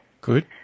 Good